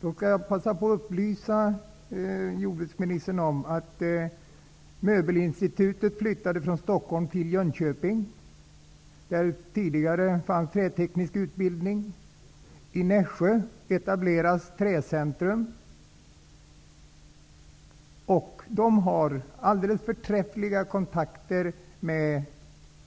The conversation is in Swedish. Då kan jag passa på att upplysa jordbruksministern om att Möbelinstitutet flyttade från Stockholm till Jönköping, där det tidigare fanns träteknisk utbildning. I Nässjö etableras Träcentrum. Man har där alldeles förträffliga kontakter med